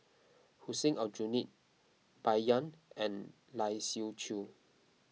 Hussein Aljunied Bai Yan and Lai Siu Chiu